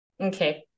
Okay